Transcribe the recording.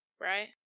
Right